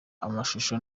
amashusho